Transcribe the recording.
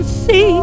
see